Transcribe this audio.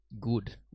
good